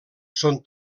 són